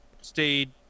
stayed